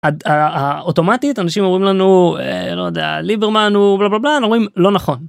אוטומטית אנשים אומרים לנו, אה לא יודע, ליברמן הוא בללה בללה, לא נכון.